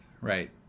right